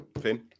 Finn